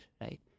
right